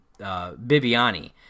Bibiani